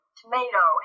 tomato